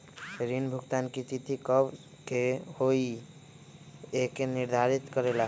ऋण भुगतान की तिथि कव के होई इ के निर्धारित करेला?